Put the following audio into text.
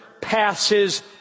passes